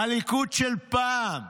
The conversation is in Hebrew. הליכוד של פעם,